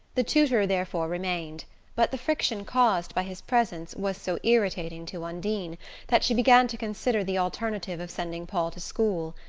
the tutor therefore remained but the friction caused by his presence was so irritating to undine that she began to consider the alternative of sending paul to school.